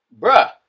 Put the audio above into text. bruh